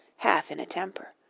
half in a temper.